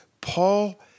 Paul